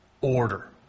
order